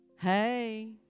Hey